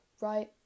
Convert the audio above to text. right